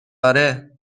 آره